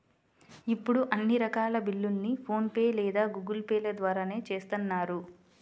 ఇప్పుడు అన్ని రకాల బిల్లుల్ని ఫోన్ పే లేదా గూగుల్ పే ల ద్వారానే చేత్తన్నారు